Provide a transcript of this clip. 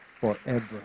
forever